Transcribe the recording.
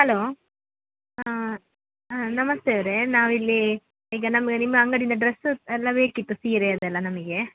hello ಹಾಂ ನಮಸ್ತೆ ಇವರೇ ನಾವಿಲ್ಲಿ ಈಗ ನಮಗೆ ನಿಮ್ಮ ಅಂಗಡಿಯಿಂದ ಡ್ರೆಸ್ಸಸ್ ಎಲ್ಲ ಬೇಕಿತ್ತು ಸೀರೆ ಅದೆಲ್ಲ ನಮಗೆ